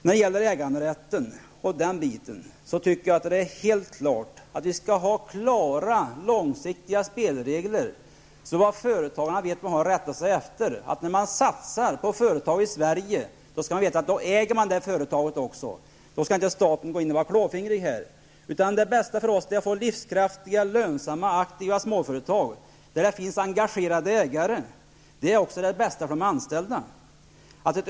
När det gäller äganderätten skall vi ha klara långsiktiga spelregler, så att företagarna vet vad de har att rätta sig efter. När man satsar på ett företag i Sverige skall man kunna veta att man äger det företaget, att staten inte kan gå in. Det bästa för oss är att få livskraftiga och lönsamma aktiva småföretag, där det finns engagerade ägare. Det är också det bästa för de anställda.